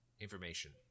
information